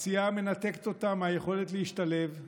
הפציעה מנתקת אותם מהיכולת להשתלב,